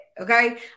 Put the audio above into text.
okay